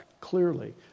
clearly